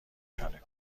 شانه